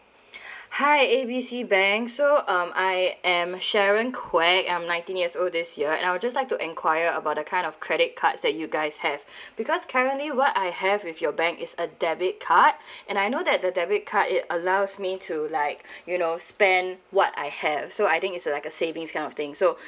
hi A B C bank so um I am sharon queck I'm nineteen years old this year and I'll just like to enquire about the kind of credit cards that you guys have because currently what I have with your bank is a debit card and I know that the debit card it allows me to like you know spend what I have so I think it's like a savings kind of thing so